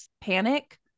panic